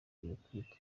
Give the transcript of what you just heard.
bakwiriye